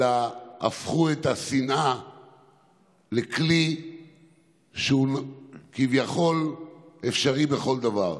אלא הפכו את השנאה לכלי שהוא כביכול אפשרי בכל דבר.